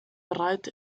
breit